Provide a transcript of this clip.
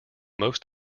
most